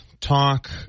talk